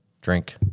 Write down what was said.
drink